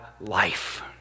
life